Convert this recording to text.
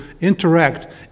interact